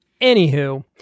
Anywho